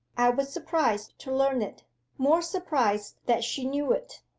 i was surprised to learn it more surprised that she knew it,